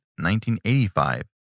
1985